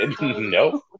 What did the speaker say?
No